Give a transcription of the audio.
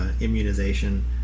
immunization